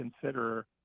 consider